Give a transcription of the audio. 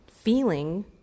feeling